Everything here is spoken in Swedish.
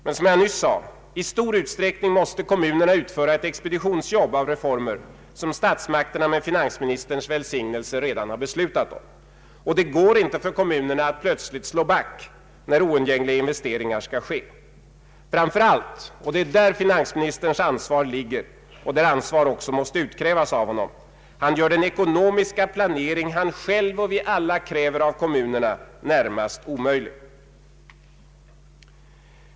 Men som jag nyss sade — i stor utsträckning måste kommunerna utföra ett expeditionsjobb av reformer som statsmakterna med finansministerns välsignelse redan beslutat om, och det går inte för kommunerna att plötsligt slå back, när oundgängliga investeringar skall ske. Framför allt — och det är där finansministerns ansvar ligger och där ansvar också måste utkrävas av honom — han gör den ekonomiska planering han själv och vi alla kräver av kommunerna närmast omöjlig.